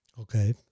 Okay